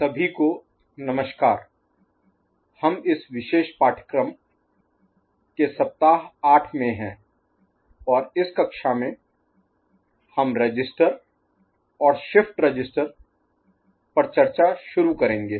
सभी को नमस्कार हम इस विशेष पाठ्यक्रम के सप्ताह आठ में हैं और इस कक्षा में हम रजिस्टर और शिफ्ट रजिस्टर पर चर्चा शुरू करेंगे